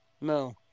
No